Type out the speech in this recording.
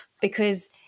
because-